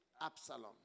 Absalom